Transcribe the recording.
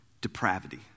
depravity